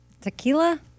Tequila